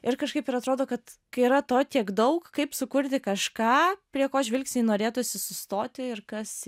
ir kažkaip ir atrodo kad kai yra to tiek daug kaip sukurti kažką prie ko žvilgsnį norėtųsi sustoti ir kas